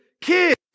kids